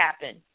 happen